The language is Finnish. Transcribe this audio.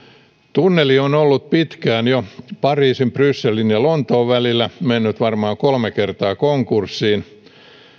tunneli on ollut pitkään jo pariisin brysselin ja lontoon välillä ja on mennyt varmaan kolme kertaa konkurssiin